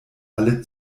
alle